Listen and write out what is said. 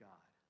God